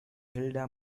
hilda